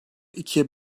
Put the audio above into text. ikiye